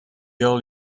girl